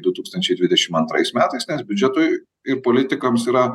du tūkstančiai dvidešim antrais metais nes biudžetui ir politikams yra